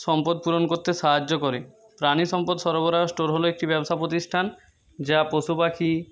সম্পদ পূরণ করতে সাহায্য করে প্রাণী সম্পদ সরবরাহ স্টোর হলো একটি ব্যবসা প্রতিষ্ঠান যা পশু পাখি